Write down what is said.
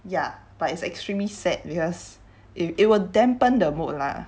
yeah but it's extremely sad because it it will dampen the mood lah